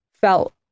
felt